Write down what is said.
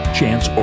Chance